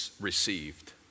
received